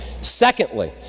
Secondly